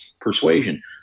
persuasion